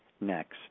next